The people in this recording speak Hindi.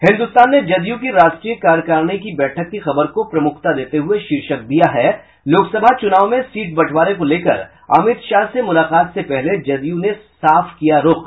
हिन्दुस्तान ने जदयू की राष्ट्रीय कार्यकारिणी की बैठक की खबर को प्रमुखता देते हुये शीर्षक दिया है लोकसभा चुनाव में सीट बंटवारे को लेकर अमित शाह से मुलाकात से पहले जदयू ने साफ किया रूख